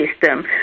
system